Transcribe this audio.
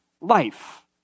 life